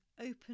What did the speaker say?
open